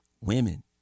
women